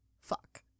fuck